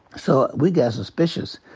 so we got suspicious.